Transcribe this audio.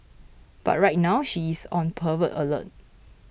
but right now she is on pervert alert